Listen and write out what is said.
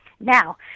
Now